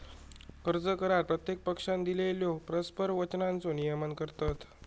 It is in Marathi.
कर्ज करार प्रत्येक पक्षानं दिलेल्यो परस्पर वचनांचो नियमन करतत